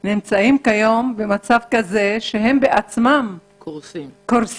ואנשיה נמצאים היום במצב כזה שהם בעצמם קורסים.